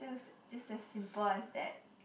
that was just as simple as that